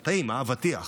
טעים, אבטיח.